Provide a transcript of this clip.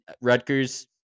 Rutgers